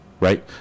right